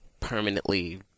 permanently